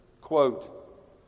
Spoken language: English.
quote